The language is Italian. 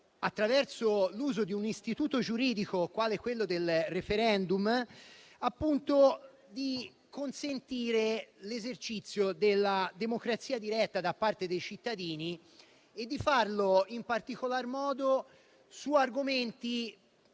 attraverso l'uso di un istituto giuridico, quale appunto il *referendum*, l'esercizio della democrazia diretta da parte dei cittadini e di farlo in particolar modo su argomenti